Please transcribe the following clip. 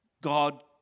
God